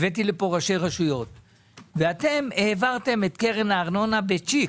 הבאתי לפה ראשי רשויות ואתם העברתם את קרן הארנונה בצ'יק,